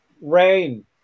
Rain